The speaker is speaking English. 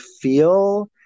feel